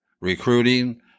recruiting